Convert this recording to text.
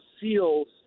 seals